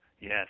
yes